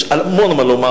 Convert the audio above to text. יש המון המון מה לומר,